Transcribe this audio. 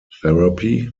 therapy